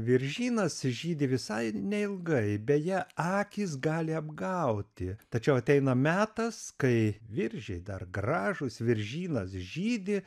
viržynas žydi visai neilgai beje akys gali apgauti tačiau ateina metas kai viržiai dar gražūs viržynas žydi